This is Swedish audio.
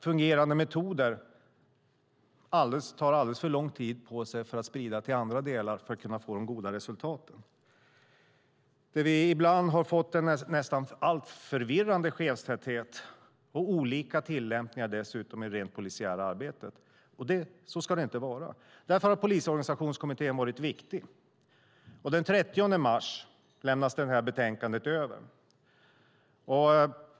Fungerande metoder tar alldeles för lång tid på sig för att kunna spridas till andra delar och få de goda resultaten. Vi har ibland fått en nästan förvirrande chefstäthet och dessutom olika tillämpningar i det rent polisiära arbetet. Så ska det inte vara. Därför har Polisorganisationskommittén varit viktig. Den 30 mars lämnas det här betänkandet över.